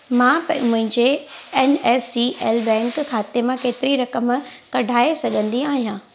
मां पे मुंहिंजे N S D L bank खाते मां केतिरी रक़म कढाइ सघंदी आहियां